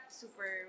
super